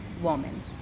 woman